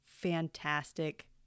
fantastic